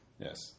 Yes